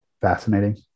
fascinating